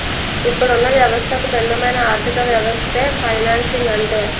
ఇప్పుడున్న వ్యవస్థకు భిన్నమైన ఆర్థికవ్యవస్థే ఫైనాన్సింగ్ అంటే